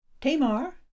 Tamar